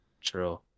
True